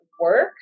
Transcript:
work